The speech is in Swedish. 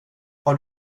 har